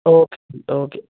okay okay